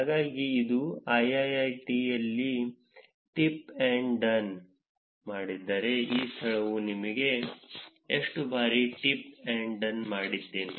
ಹಾಗಾಗಿ ನಾನು ಐಐಐಟಿಯಲ್ಲಿ ಟಿಪ್ ಅಥವಾ ಡನ್ ಮಾಡಿದ್ದರೆ ಆ ಸ್ಥಳದಲ್ಲಿ ನಾನು ಎಷ್ಟು ಬಾರಿ ಟಿಪ್ ಅಥವಾ ಡನ್ ಮಾಡಿದ್ದೇನೆ